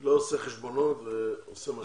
לא עושה חשבונות ועושה מה שצריך.